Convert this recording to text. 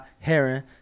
Heron